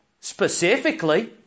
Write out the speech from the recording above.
specifically